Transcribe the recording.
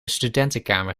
studentenkamer